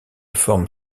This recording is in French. forme